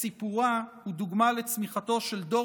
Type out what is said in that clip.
שסיפורה הוא דוגמה לצמיחתו של דור